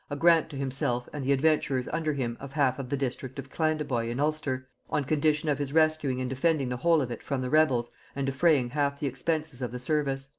a grant to himself and the adventurers under him of half of the district of clandeboy in ulster, on condition of his rescuing and defending the whole of it from the rebels and defraying half the expenses of the service.